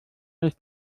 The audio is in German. ist